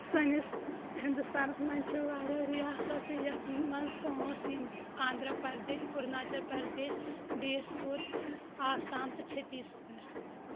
سٲنِس ہِنٛدُستانَس منٛز چھِ واریاہ ریاستہٕ یَتھ منٛز پانٛژھ یِم چھِ آندرٛا پردیش اُرناچَل پردیش ڈیس پوٗر آسام تہٕ چھتیٖس گَر